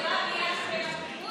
זה בא ביחד עם הכיבוש?